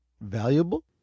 valuable